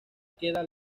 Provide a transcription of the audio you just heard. queda